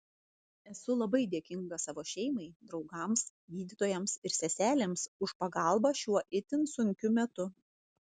esu labai dėkinga savo šeimai draugams gydytojams ir seselėms už pagalbą šiuo itin sunkiu metu